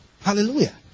Hallelujah